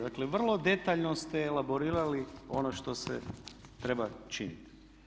Dakle, vrlo detaljno ste elaborirali ono što se treba činiti.